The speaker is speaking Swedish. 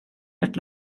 ert